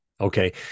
Okay